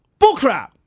Bullcrap